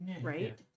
Right